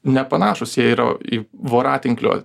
nepanašūs jie yra į voratinklio